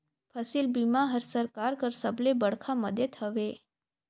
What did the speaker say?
फसिल बीमा हर सरकार कर सबले बड़खा मदेत हवे